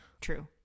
True